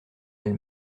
elle